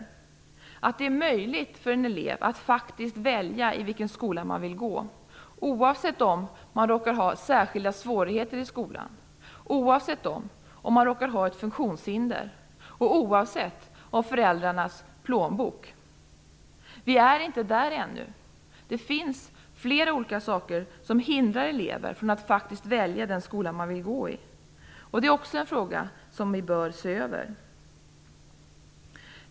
Det är viktigt att det är möjligt för en elev att faktiskt välja i vilken skola man vill gå oavsett om man råkar ha särskilda svårigheter i skolan, oavsett om man råkar ha ett funktionshinder och oavsett storleken på föräldrarnas plånbok. Vi är inte där ännu. Det finns flera olika saker som hindrar elever från att faktiskt välja den skola man vill gå i. Det är också en fråga som vi bör se över.